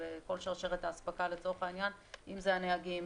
בכל שרשרת האספקה לצורך העניין - אם זה הנהגים,